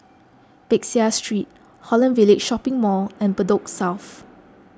Peck Seah Street Holland Village Shopping Mall and Bedok South